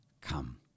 come